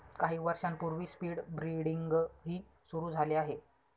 काही वर्षांपूर्वी स्पीड ब्रीडिंगही सुरू झाले आहे